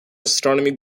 astronomy